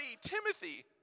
Timothy